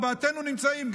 ארבעתנו נמצאים,